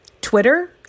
Twitter